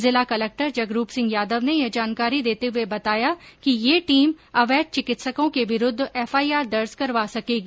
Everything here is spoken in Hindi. जिला कलक्टर जगरूप सिंह यादव ने यह जानकारी देते हुए बताया कि यह टीम अवैध चिकित्सकों के विरूद्ध एफआईआर दर्ज करवा सकेगी